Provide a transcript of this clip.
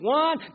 one